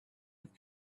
with